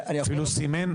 אני לא יודע אם אתה יודע,